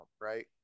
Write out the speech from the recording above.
right